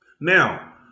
Now